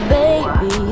baby